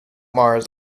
mars